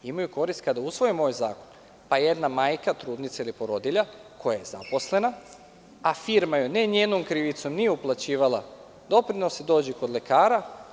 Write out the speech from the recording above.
Imaju korist kada usvojimo ovaj zakon, pa jedna majka, trudnica ili porodilja, koja je zaposlena, a firma joj ne njenom krivicom nije uplaćivala doprinose, dođe kod lekara.